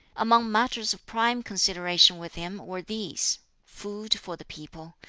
among matters of prime consideration with him were these food for the people,